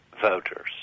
voters